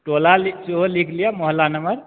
टोला लिख सेहो लिख लियऽ मोहल्ला नम्बर